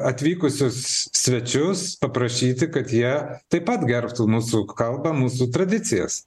atvykusius svečius paprašyti kad jie taip pat gerbtų mūsų kalbą mūsų tradicijas